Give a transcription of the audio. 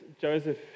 Joseph